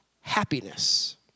happiness